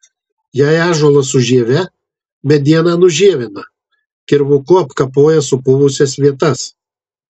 jei ąžuolas su žieve medieną nužievina kirvuku apkapoja supuvusias vietas